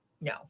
no